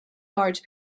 large